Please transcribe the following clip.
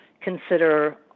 consider